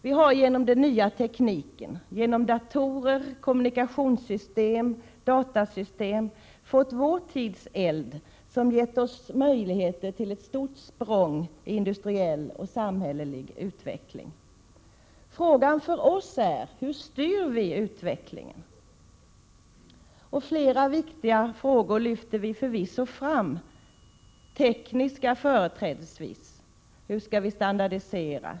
Vi har genom den nya tekniken, genom datorer, kommunikationssystem och datasystem, fått vår tids eld, som gett oss möjlighet att göra ett stort språng i industriell och samhällelig utveckling. Frågan för oss är: Hur styr vi utvecklingen? Flera viktiga frågor lyfts förvisso fram, företrädesvis tekniska: Hur skall vi standardisera?